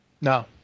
No